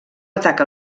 atac